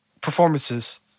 performances